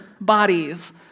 bodies